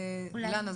אילנה,